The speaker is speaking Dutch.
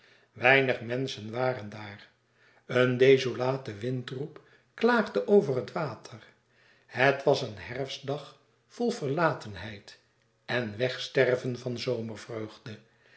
weinig menschen waren daar een desolate windroep klaagde over het water het was een herfstdag vol verlatenheid en wegsterven van